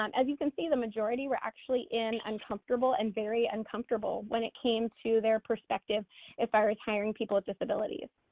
um as you can see, the majority were actually in uncomfortable and very uncomfortable when it came to their perspective as far as hiring people with disabilities.